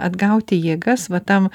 atgauti jėgas va tam